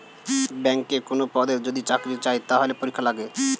ব্যাংকে কোনো পদে যদি চাকরি চায়, তাহলে পরীক্ষা লাগে